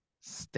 stay